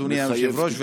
אדוני היושב-ראש,